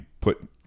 put